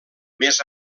més